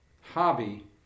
hobby